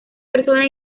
persona